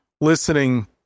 listening